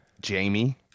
Jamie